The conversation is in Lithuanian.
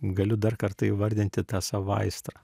galiu dar kartą įvardinti tą savo aistrą